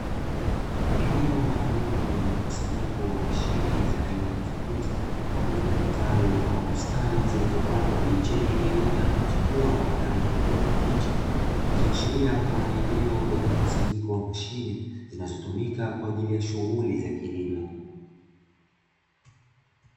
Eneo maalum lenye mkusanyiko wa mashine za aina tofauti pamoja na bustani zilizopandwa miche iliyoota na kuchipua kwa rangi ya kijani kibichi ikionyesha kuwa ni eneo lenye mkusanyiko wa mashine zinazotumika kwa ajili ya shughuli za kilimo.